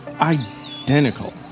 identical